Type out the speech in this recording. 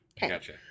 Gotcha